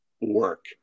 work